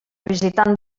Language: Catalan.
visitant